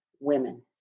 women